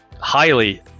highly